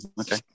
Okay